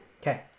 okay